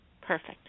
Perfect